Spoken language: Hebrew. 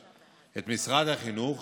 את משרד החינוך